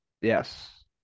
yes